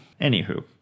Anywho